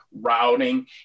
routing